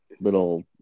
little